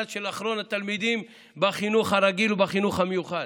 של אחרון התלמידים בחינוך הרגיל ובחינוך המיוחד,